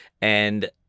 And-